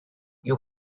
you